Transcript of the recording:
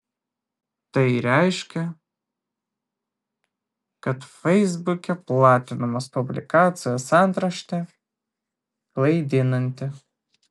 tai reiškia kad feisbuke platinamos publikacijos antraštė klaidinanti